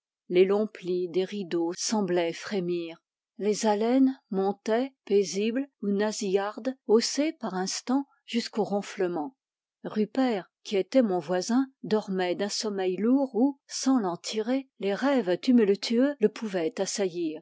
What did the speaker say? les longs plis des rideaux semblaient frémir les haleines montaient paisibles ou nasillardes haussées par instant jusqu'au ronflement rupert qui était mon voisin dormait d'un sommeil lourd où sans l'en tirer les rêves tumultueux le pouvaient assaillir